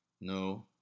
No